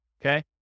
Okay